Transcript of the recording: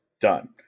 Done